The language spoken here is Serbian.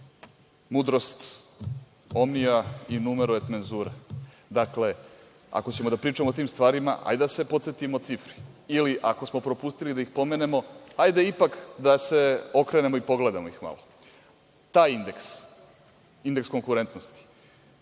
„mudrost omnija in numero et menzura“. Dakle, ako ćemo da pričamo o tim stvarima, hajde da se podsetimo cifri, ili, ako smo propustili da ih pomenemo, hajde ipak da se okrenemo i pogledamo ih. Taj indeks, indeks konkurentnosti,